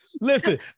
Listen